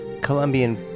Colombian